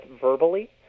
verbally